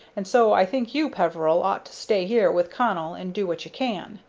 and so i think you, peveril, ought to stay here with connell and do what you can.